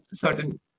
certain